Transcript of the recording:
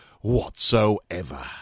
whatsoever